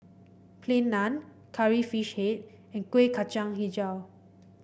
Plain Naan Curry Fish Head and Kueh Kacang hijau